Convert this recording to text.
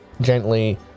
gently